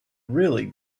really